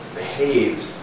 behaves